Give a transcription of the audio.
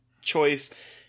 choice